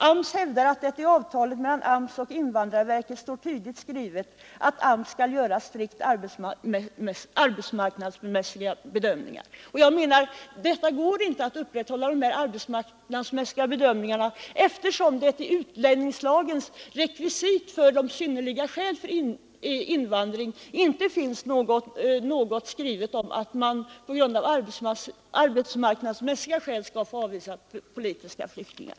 AMS hävdar att i det avtalet mellan AMS och invandrarverket står tydligt skrivet att AMS skall göra strikt arbetsmarknadsmässiga bedömningar.” Det går inte att upprätthålla kravet på arbetsmarknadsmässiga bedömningar, eftersom det i utlänningslagens rekvisit för synnerliga skäl för invandring inte finns något skrivet om att man av arbetsmarknadsmässiga skäl skall avvisa politiska flyktingar.